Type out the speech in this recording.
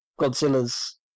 Godzilla's